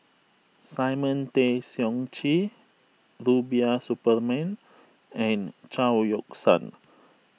Simon Tay Seong Chee Rubiah Suparman and Chao Yoke San